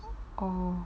oh